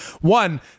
One